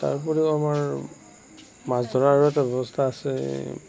তাৰপৰিও আমাৰ মাছ ধৰাৰ আৰু এটা ব্যৱস্থা আছে